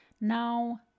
Now